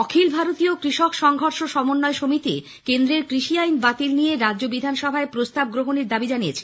অখিল ভারতীয় কৃষক সংঘর্ষ সমন্বয় সমিতি কেন্দ্রীয় কৃষি আইন বাতিল নিয়ে রাজ্য বিধানসভায় প্রস্তাব গ্রহণের দাবি জানিয়েছে